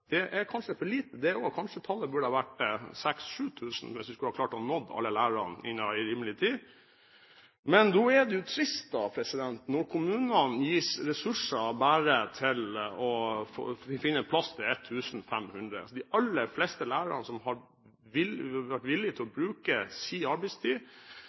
Det er kanskje for lite, kanskje tallet burde ha vært 6 000–7 000 hvis vi skulle ha klart å nå alle lærerne innen rimelig tid. Men da er det jo trist at kommunene bare gis ressurser til å finne plass til 1 500. De aller fleste lærerne som har vært villig til å bruke sin arbeidstid